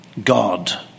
God